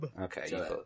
Okay